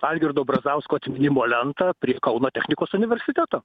algirdo brazausko atminimo lentą prie kauno technikos universiteto